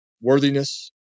worthiness